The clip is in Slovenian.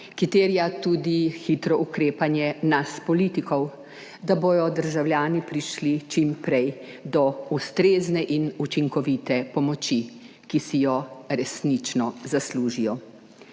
ki terja tudi hitro ukrepanje nas politikov, da bodo državljani prišli čim prej do ustrezne in učinkovite pomoči, ki si jo resnično zaslužijo.